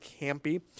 campy